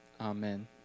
amen